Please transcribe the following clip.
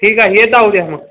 ठीक आहे येताव उद्या मग